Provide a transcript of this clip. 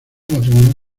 matrimonio